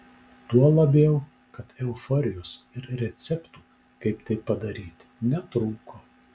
tuo labiau kad euforijos ir receptų kaip tai padaryti netrūko